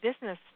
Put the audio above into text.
business